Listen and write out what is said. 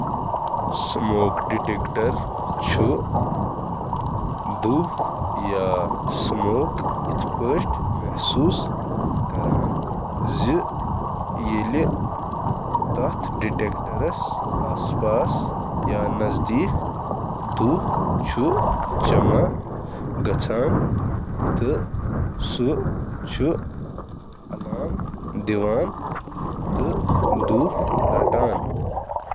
Smoke detector چُھ اکھ electronic نارٕ سۭتۍ بچاونہٕ خٲطرٕ آلہ یُس پانَے دھونٕچ موجودگی محسوس چُھ کران، نارک اکھ اہم اشارٕ پٲٹھۍ، تہٕ عمارتس منٛز روزن والن خٲطرٕ چُھ وارننگ باسان۔